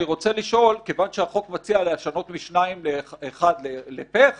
אני רוצה לשאול: כיוון שהחוק מציע לשנות משניים-אחד לפה-אחד,